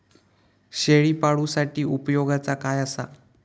शेळीपाळूसाठी उपयोगाचा काय असा?